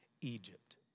Egypt